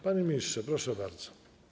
Panie ministrze, proszę bardzo.